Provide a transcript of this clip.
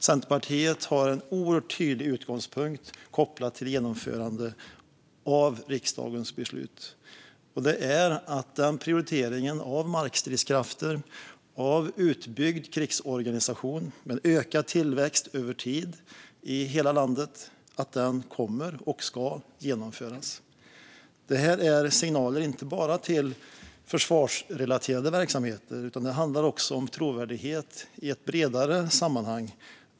Centerpartiet har en oerhört tydlig utgångspunkt kopplad till genomförandet av riksdagens beslut, nämligen att prioriteringen av markstridskrafter och av utbyggd krigsorganisation med ökad tillväxt över tid i hela landet ska genomföras. Detta är inte bara signaler till försvarsrelaterade verksamheter, utan det handlar också om trovärdighet i ett bredare sammanhang.